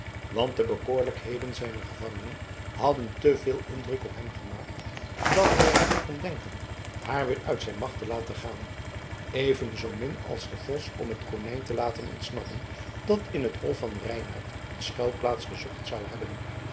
want de bekoorlijkheden zijner gevangene hadden te veel indruk op hem gemaakt dan dat hij er aan kon denken haar weer uit zijn macht te laten gaan even zoomin als de vos om het konijn te laten ontsnappen dat in het hol van reynaert een schuilplaats gezocht zou hebben